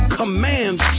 commands